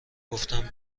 گفتن